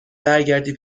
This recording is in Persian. برگردی